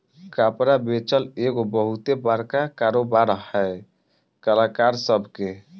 कपड़ा बेचल एगो बहुते बड़का कारोबार है कलाकार सभ के